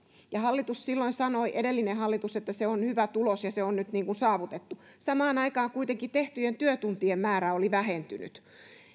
ja edellinen hallitus silloin sanoi että se on hyvä tulos ja se on nyt niin kuin saavutettu samaan aikaan kuitenkin tehtyjen työtuntien määrä oli vähentynyt